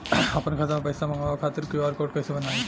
आपन खाता मे पैसा मँगबावे खातिर क्यू.आर कोड कैसे बनाएम?